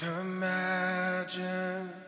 imagine